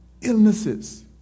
illnesses